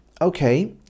okay